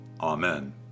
Amen